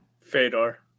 Fedor